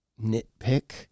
Nitpick